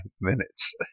minutes